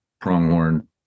pronghorn